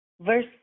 verse